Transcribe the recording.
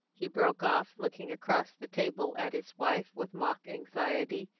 he broke off, looking across the table at his wife with mock anxiety.